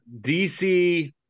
dc